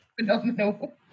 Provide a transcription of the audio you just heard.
phenomenal